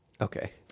okay